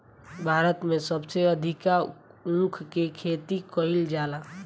भारत में सबसे अधिका ऊख के खेती कईल जाला